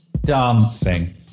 dancing